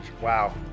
Wow